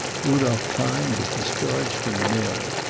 rudolph klein was discharged from the mill.